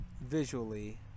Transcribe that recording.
visually